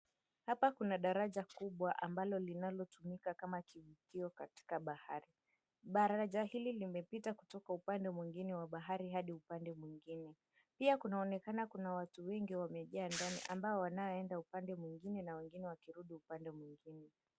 Hapa kuna daraja kubwa ambalo linalotumika kama kivukio katika bahari, daraja hili limepita kutoka upande mwengine wa bahari hadi upande mwengine. Pia kunaonekana kuna watu wengi wamejaa ndani ambao wanaenda upande mwengine na wengine wakirudi upande mwengine.